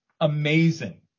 amazing